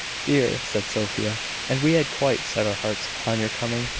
dear! said sophia and we had quite set our hearts upon your coming.